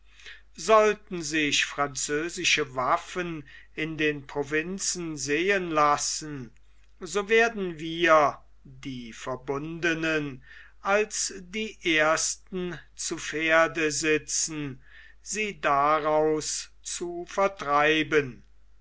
sollten sich französische waffen in den provinzen sehen lassen so werden wir die verbundenen als die ersten zu pferde sitzen sie daraus zu vertreiben